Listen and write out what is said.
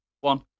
one